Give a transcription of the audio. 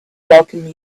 welcome